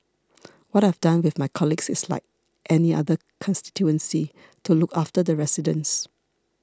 what I've done with my colleagues is like any other constituency to look after the residents